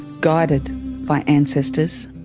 guided by ancestors,